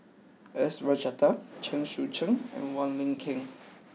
S Rajaratnam Chen Sucheng and Wong Lin Ken